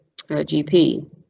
GP